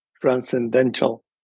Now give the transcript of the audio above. transcendental